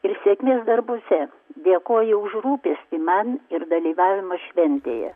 ir sėkmės darbuose dėkoju už rūpestį man ir dalyvavimas šventėje